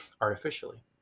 artificially